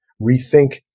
rethink